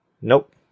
Nope